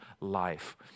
life